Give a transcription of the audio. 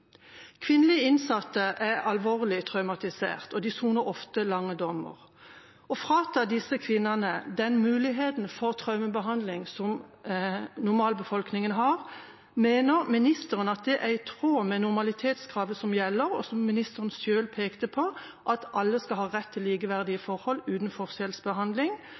innsatte er alvorlig traumatisert og de soner ofte lange dommer. Når det gjelder å frata disse kvinnene den muligheten for traumebehandling som normalbefolkningen har, mener ministeren at det er i tråd med normalitetskravet som gjelder, og som ministeren selv pekte på – at alle skal ha rett til likeverdige forhold uten forskjellsbehandling?